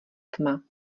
tma